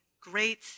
great